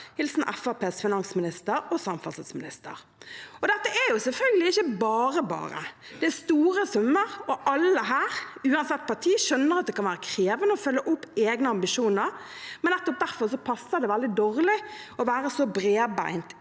finansminister og samferdselsminister. Dette er selvfølgelig ikke bare bare. Det er store summer. Alle her, uansett parti, skjønner at det kan være krevende å følge opp egne ambisjoner, men nettopp derfor passer det veldig dårlig å være så bredbent